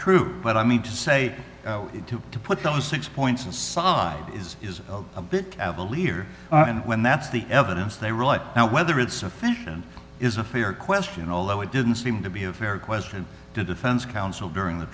true but i mean to say it took to put those six points aside is is a bit of a lier and when that's the evidence they really now whether it's a fashion is a fair question although it didn't seem to be a fair question to defense counsel during the